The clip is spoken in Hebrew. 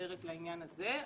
מצטברת לעניין הזה,